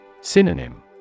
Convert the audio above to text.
Synonym